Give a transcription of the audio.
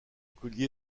collier